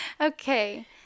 Okay